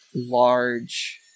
Large